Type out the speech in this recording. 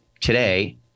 today